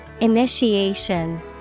Initiation